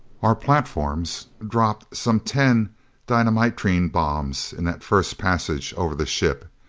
our platforms dropped some ten dynamitrine bombs in that first passage over the ship.